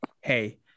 hey